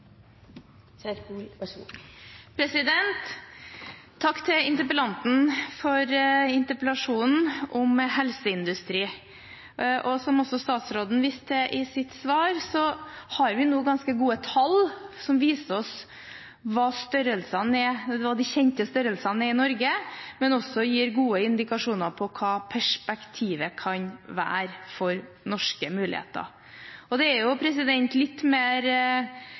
kapitalen og så dele ut tiende etterpå, for da blir det færre investeringer, ikke flere investeringer. Takk til interpellanten for interpellasjonen om helseindustri. Som også statsråden viste til i sitt svar, har vi nå ganske gode tall som viser oss hva de kjente størrelsene er i Norge, men som også gir gode indikasjoner på hva perspektivet kan være for norske muligheter. Det er jo litt